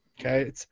okay